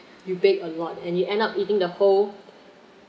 you bake a lot and you end up eating the whole